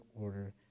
order